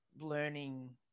learning